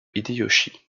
hideyoshi